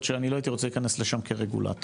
שאני לא הייתי רוצה להיכנס לשם כרגולטור.